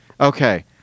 Okay